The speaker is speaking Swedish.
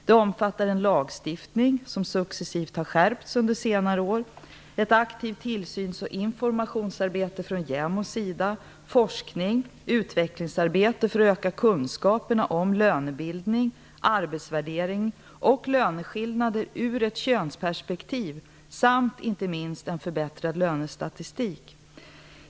Det omfattar en lagstiftning som successivt skärpts under senare år, ett aktivt tillsyns och informationsarbete från JämO:s sida, forskning och utvecklingsarbete för att öka kunskaperna om lönebildning, arbetsvärdering och löneskillnader ur ett könsperspektiv samt inte minst en förbättrad lönestatistik.